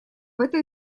этой